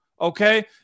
okay